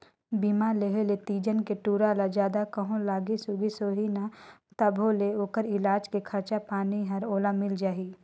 बीमा रेहे ले तीजन के टूरा ल जादा कहों लागिस उगिस होही न तभों ले ओखर इलाज के खरचा पानी हर ओला मिल जाही